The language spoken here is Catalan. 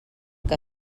que